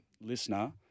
listener